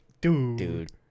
Dude